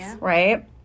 right